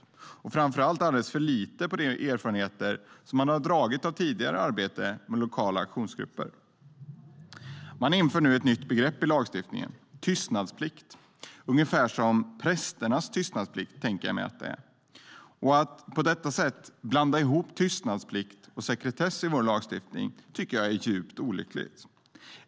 Framför allt har regeringen lyssnat alldeles för lite på de erfarenheter som man har dragit av tidigare arbete med lokala aktionsgrupper. Man inför nu ett nytt begrepp i lagstiftningen: tystnadsplikt. Jag tänker mig att det är ungefär som prästernas tystnadsplikt. Att på detta sätt blanda ihop tystnadsplikt och sekretess i vår lagstiftning tycker jag är djupt olyckligt.